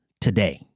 today